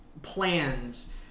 plans